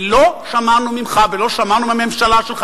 ולא שמענו ממך ולא שמענו מהממשלה שלך